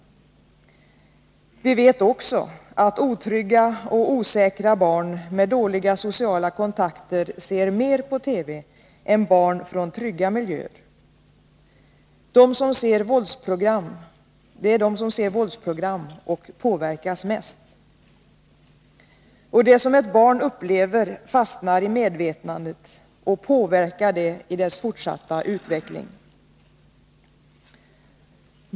Vi vet också att otrygga och osäkra barn med dåliga sociala kontakter ser mer på TV än barn från trygga miljöer. De ser mer våldsprogram och påverkas mest. Det som ett barn upplever fastnar i medvetandet och påverkar det i dess fortsatta utveckling.